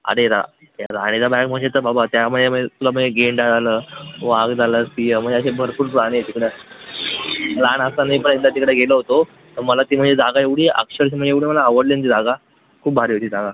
अरे रा राणीचा बाग म्हणजे तर बाबा त्यामध्ये मल तुला मग हे गेंडा झालं वाघ झालं सिंह मग हे असे भरपूर प्राणी आहे तिकडं लहान असताना पण एकदा तिकडे गेलो होतो तर मला ती म्हणजे जागा एवढी अक्षरश म्हणजे एवढी मला आवडली न ती जागा खूप भारी आहे ती जागा